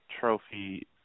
Trophy